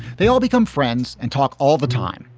they all become friends and talk all the time,